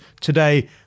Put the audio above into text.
today